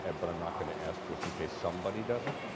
and but i'm not going to ask just in case somebody doesn't.